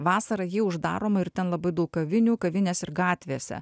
vasarą ji uždaroma ir ten labai daug kavinių kavinės ir gatvėse